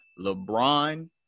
LeBron